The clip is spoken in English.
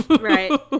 right